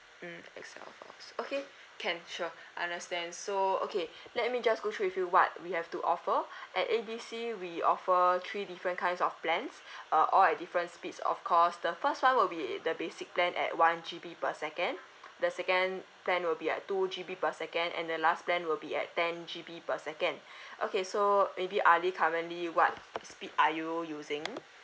mm excel files okay can sure understand so okay let me just go through with you what we have to offer at A B C we offer three different kinds of plans uh all at different speeds of course the first one will be the basic plan at one G_B per second the second plan will be at two G_B per second and the last plan will be at ten G_B per second okay so maybe ali currently what speed are you using